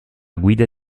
guida